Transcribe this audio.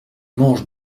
mange